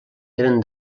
eren